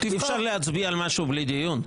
אי אפשר להצביע על משהו בלי דיון.